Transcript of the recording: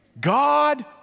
God